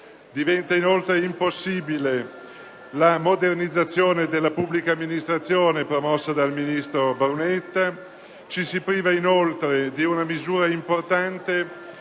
diventa impossibile la modernizzazione della pubblica amministrazione promossa dal ministro Brunetta e ci si priva, inoltre, di una misura importante